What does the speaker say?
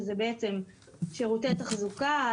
שזה בעצם שירותי תחזוקה,